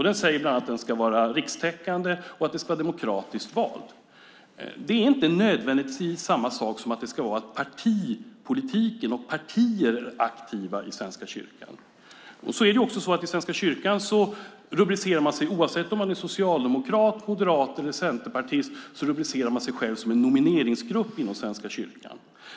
Den säger att den ska vara rikstäckande och demokratiskt vald. Det är inte nödvändigtvis samma sak som att det ska finnas partipolitik och partier aktiva i Svenska kyrkan. I Svenska kyrkan rubricerar man sig, oavsett om man är socialdemokrat, moderat eller centerpartist, som en nomineringsgrupp inom kyrkan.